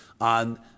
on